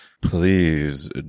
Please